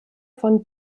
von